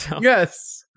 Yes